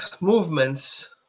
movements